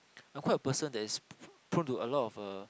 I'm quite a person that is prone to a lot of uh